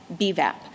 BVAP